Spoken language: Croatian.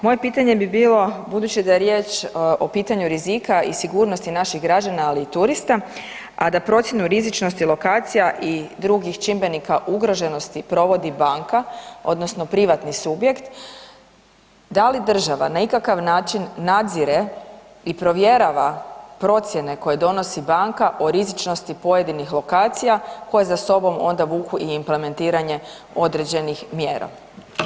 Moje pitanje bi bilo budući da je riječ o pitanju rizika i sigurnosti naših građana ali i turista, a da procjenu rizičnost lokacija i drugih čimbenika ugroženosti provodi banka, odnosno privatni subjekt, da li država na ikakav način nadzire i provjerava procjene koje donosi banka o rizičnosti pojedinih lokacija koje za sobom onda vuku i implementiranje određenih mjera?